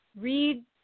read